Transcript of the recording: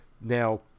Now